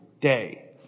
day